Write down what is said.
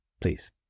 please